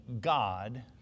God